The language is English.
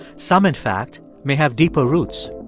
some in fact may have deeper roots,